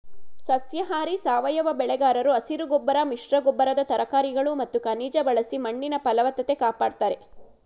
ಸಸ್ಯಾಹಾರಿ ಸಾವಯವ ಬೆಳೆಗಾರರು ಹಸಿರುಗೊಬ್ಬರ ಮಿಶ್ರಗೊಬ್ಬರದ ತರಕಾರಿಗಳು ಮತ್ತು ಖನಿಜ ಬಳಸಿ ಮಣ್ಣಿನ ಫಲವತ್ತತೆ ಕಾಪಡ್ತಾರೆ